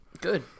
Good